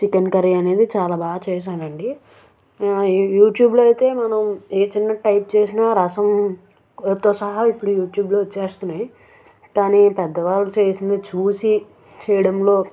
chicken curry అనేది చాలా బాగా చేసానండి యూ యూట్యూబ్లో అయితే మనం ఏ చిన్నది టైప్ చేసినా రసం సహా ఇప్పుడు యూట్యూబ్లో వచ్చేస్తున్నాయి కానీ పెద్దవాళ్ళు చేసింది చూసి చేయడంలో